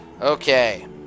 Okay